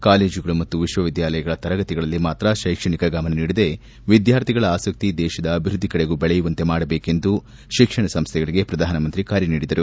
ಕಾಲೇಜುಗಳು ಹಾಗೂ ವಿಶ್ವವಿದ್ಯಾಲಯಗಳ ತರಗತಿಗಳಲ್ಲಿ ಮಾತ್ರ ಶೈಕ್ಷಣಿಕ ಗಮನ ನೀಡದೆ ವಿದ್ಯಾರ್ಥಿಗಳ ಆಸಕ್ತಿ ದೇತದ ಅಭಿವೃದ್ದಿ ಕಡೆಗೂ ಬೆಳೆಯುವಂತೆ ಮಾಡಬೇಕೆಂದು ಶಿಕ್ಷಣ ಸಂಸ್ಥೆಗಳಿಗೆ ಪ್ರಧಾನಮಂತ್ರಿ ಕರೆ ನೀಡಿದರು